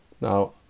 Now